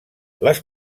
les